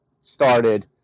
started